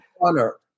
Honor